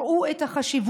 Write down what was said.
ראו את החשיבות